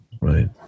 Right